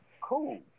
cool